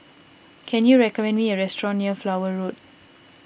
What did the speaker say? can you recommend me a restaurant near Flower Road